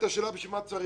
למה צריך את זה,